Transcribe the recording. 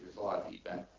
lot of feedback.